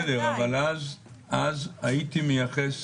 בסדר, אבל אז הייתי מייחס